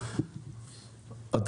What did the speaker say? אני אומר לכם דבר מאוד פשוט.